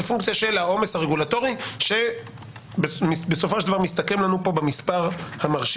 זו פונקציה של העומס הרגולטורי שבסופו של דבר מסתכם לנו פה במספר המרשים